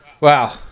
wow